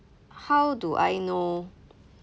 how do I know